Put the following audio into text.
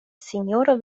sinjoro